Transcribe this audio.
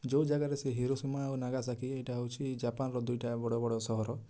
ଯେଉଁ ଜାଗାରେ ସେ ହିରୋସୀମା ଆଉ ନାଗାସାକ୍ଷୀ ଏଇଟା ହଉଛି ଜାପାନର ଦୁଇଟା ବଡ଼ ବଡ଼ ସହର